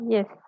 Yes